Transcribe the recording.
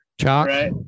chalk